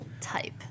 ...type